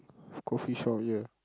coffee shop here